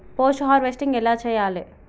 Post harvesting ఎలా చెయ్యాలే?